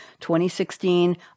2016